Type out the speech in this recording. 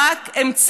הם רק אמצעי,